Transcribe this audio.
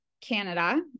Canada